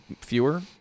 fewer